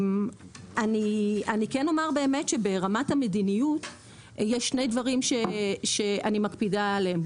אני כן אומר שברמת המדיניות יש שני דברים שאני מקפידה עליהם.